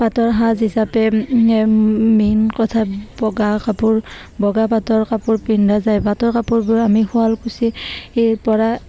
পাটৰ সাজ হিচাপে মেইন কথা বগা কাপোৰ বগা পাটৰ কাপোৰ পিন্ধা যায় পাটৰ কাপোৰবোৰ আমি শুৱালকুচিৰপৰা